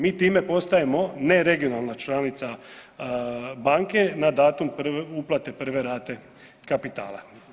Mi time postajemo neregionalna članica banke na datum uplate prve rate kapitala.